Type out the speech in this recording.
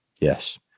Yes